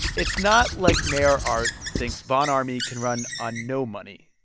it's not like mayor art thinks von ormy can run on no money.